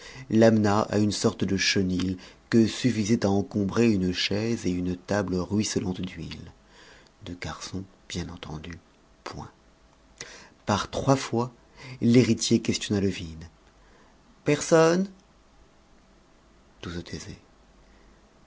l'amena à une sorte de chenil que suffisaient à encombrer une chaise et une table ruisselante d'huile de garçon bien entendu point par trois fois l'héritier questionna le vide personne tout se taisait